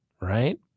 Right